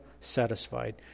satisfied